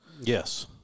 Yes